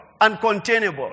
uncontainable